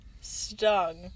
stung